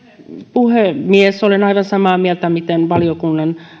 puhemies olen aivan samaa mieltä kuten valiokunnan